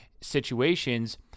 situations –